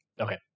Okay